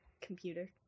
computer